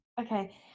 Okay